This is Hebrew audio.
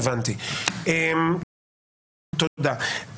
הבנתי תודה.